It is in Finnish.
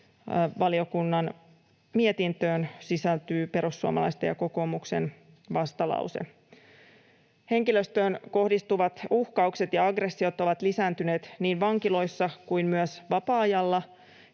valiokunnan mietintöön sisältyy perussuomalaisten ja kokoomuksen vastalause. Henkilöstöön kohdistuvat uhkaukset ja aggressiot ovat lisääntyneet niin vankiloissa kuin myös vapaa-ajalla,